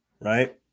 Right